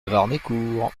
warnécourt